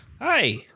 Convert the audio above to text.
hi